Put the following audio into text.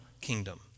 kingdom